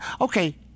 okay